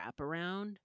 wraparound